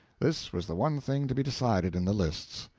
this was the one thing to be decided in the lists.